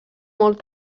molt